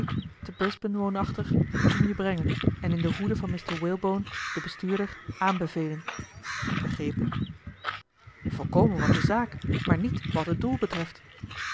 te brisbane woonachtig kom je brengen en in de hoede van mr walebone den bestuurder aanbevelen begrepen volkomen wat de zaak maar niet wat het doel betreft